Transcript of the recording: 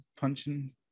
punching